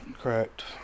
Correct